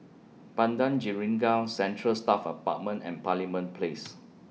Padang Jeringau Central Staff Apartment and Parliament Place